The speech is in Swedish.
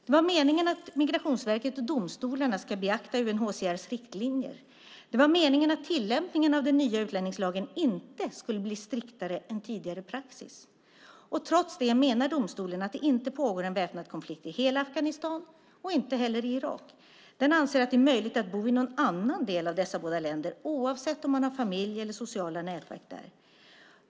Det var meningen att Migrationsverket och domstolarna skulle beakta UNHCR:s riktlinjer. Det var meningen att tillämpningen av den nya utlänningslagen inte skulle bli striktare än tidigare praxis. Trots det menar domstolen att det inte pågår en väpnad konflikt i hela Afghanistan och inte heller i Irak. Den anser att det är möjligt att bo i någon annan del av dessa båda länder oavsett om man har familj eller sociala nätverk där.